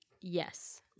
Yes